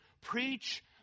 preach